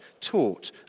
taught